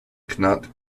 cannot